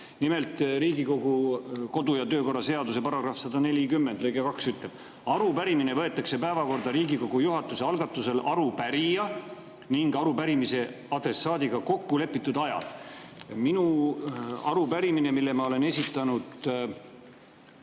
Nimelt, Riigikogu kodu‑ ja töökorra seaduse § 140 lõige 2 ütleb: arupärimine võetakse päevakorda Riigikogu juhatuse algatusel arupärija ning arupärimise adressaadiga kokkulepitud ajal. Minu arupärimine, mille ma olen esitanud